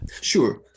Sure